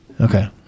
Okay